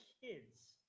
kids